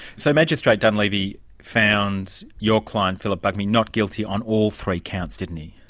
so magistrate dunlevy found your client phillip bugmy not guilty on all three counts, didn't he?